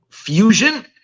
Fusion